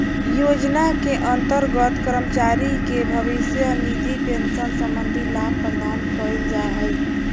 योजना के अंतर्गत कर्मचारी के भविष्य निधि पेंशन संबंधी लाभ प्रदान कइल जा हइ